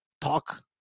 talk